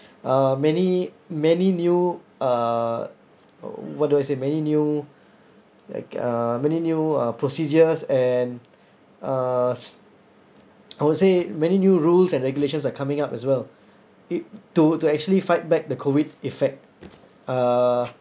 uh many many new uh what do I say many new like uh many new uh procedures and uh s~ I will say many new rules and regulations are coming up as well it to to actually fight back the COVID effect uh